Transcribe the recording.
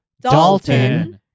Dalton